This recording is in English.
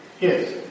Yes